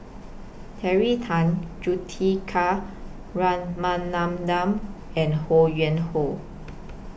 Terry Tan Juthika Ramanathan and Ho Yuen Hoe